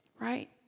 right